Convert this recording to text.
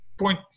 point